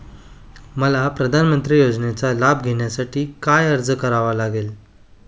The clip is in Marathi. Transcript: मला प्रधानमंत्री योजनेचा लाभ घेण्यासाठी काय अर्ज करावा लागेल?